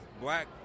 black